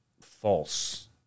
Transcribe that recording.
false